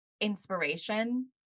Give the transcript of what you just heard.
inspiration